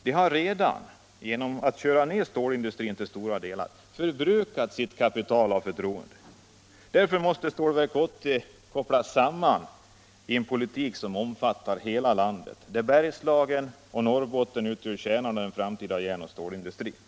De har redan, genom att till stora delar köra ned stålindustrin, förbrukat sitt kapital av förtroende. Därför måste Stålverk 80 kopplas samman med en politik som omfattar hela landet, och där Bergslagen och Norrbotten utgör kärnan i den framtida järnoch stålindustrin.